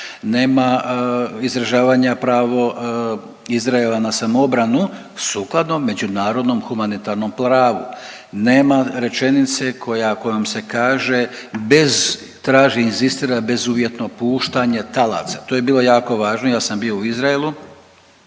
nema izražavanja pravo Izraela na samoobranu sukladno međunarodnom humanitarnom pravu, nema rečenice kojom se kaže bez traži inzistira bezuvjetno puštanje talaca, to je bilo jako važno. Ja sam bio u Izraelu,